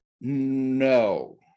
No